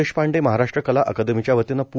देशपांडे महाराष्ट्र कला अकादमीच्या वतीनं प्